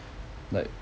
like